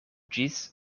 ĝis